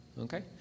Okay